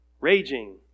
raging